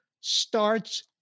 starts